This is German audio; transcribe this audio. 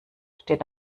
steht